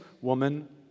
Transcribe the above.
woman